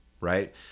Right